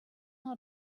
know